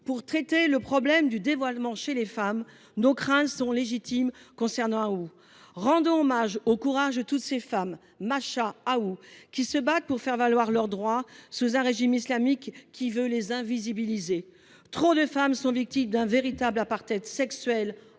pour traiter le problème du dévoilement chez les femmes, nos craintes sont légitimes concernant Ahou Daryaei. Rendons hommage au courage de toutes ces femmes – Mahsa, Ahou et tant d’autres – qui se battent pour faire valoir leurs droits, sous un régime islamique qui veut les invisibiliser. Trop de femmes sont victimes d’un véritable apartheid sexuel